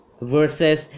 versus